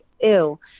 ew